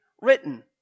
written